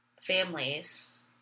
families